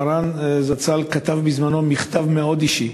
מרן זצ"ל כתב בזמנו מכתב מאוד אישי